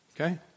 okay